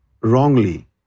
wrongly